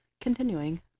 Continuing